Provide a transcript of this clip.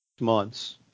months